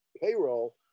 payroll